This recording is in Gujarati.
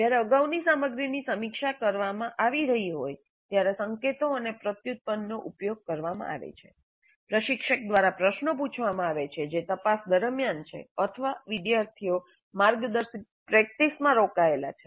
જ્યારે અગાઉની સામગ્રીની સમીક્ષા કરવામાં આવી રહી હોય ત્યારે સંકેતો અને પ્રત્યુત્પનનો ઉપયોગ કરવામાં આવે છે પ્રશિક્ષક દ્વારા પ્રશ્નો પૂછવામાં આવે છે જે તપાસ દરમિયાન છે અથવા વિદ્યાર્થીઓ માર્ગદર્શિત પ્રેક્ટિસમાં રોકાયેલા છે